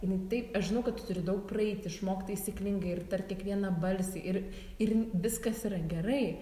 jinai taip aš žinau kad tu turi daug praeit išmokt taisyklingai ir tart kiekvieną vieną balsį ir ir viskas yra gerai